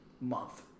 month